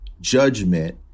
judgment